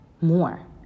more